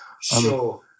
Sure